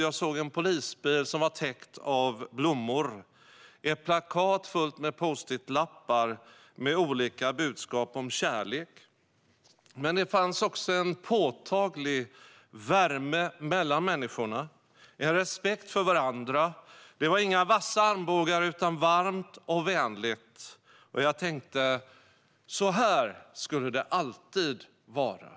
Jag såg en polisbil som var täckt av blommor. Jag såg ett plakat fullt med post-it-lappar med olika budskap om kärlek. Men det fanns också en påtaglig värme mellan människorna - en respekt för varandra. Det var inga vassa armbågar utan varmt och vänligt. Jag tänkte: Så här skulle det alltid vara.